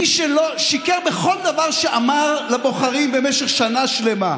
מי ששיקר בכל דבר שאמר לבוחרים במשך שנה שלמה,